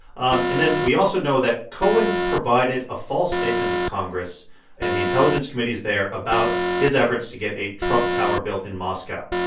um and then we also know that cohen provided a false statement to congress and the intelligence committees there about his efforts to get a trump tower built in moscow.